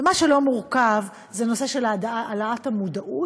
ומה שלא מורכב זה הנושא של העלאת המודעות,